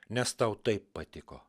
nes tau taip patiko